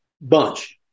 bunch